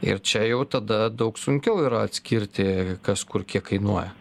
ir čia jau tada daug sunkiau yra atskirti kas kur kiek kainuoja